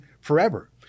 forever